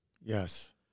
Yes